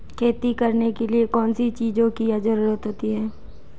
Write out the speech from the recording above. खेती करने के लिए कौनसी चीज़ों की ज़रूरत होती हैं?